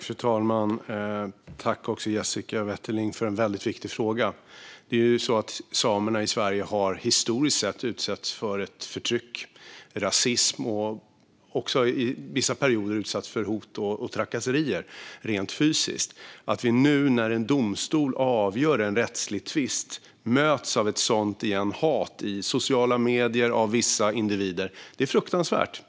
Fru talman! Jag tackar Jessica Wetterling för en mycket viktig fråga. Samerna i Sverige har historiskt sett utsatts för förtryck och rasism och under vissa perioder också utsatts för hot och trakasserier rent fysiskt. Att vi nu när en domstol avgör en rättslig tvist möts av ett sådant hat igen från vissa individer i sociala medier är fruktansvärt.